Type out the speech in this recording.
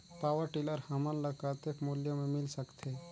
Power tiller हमन ल कतेक मूल्य मे मिल सकथे?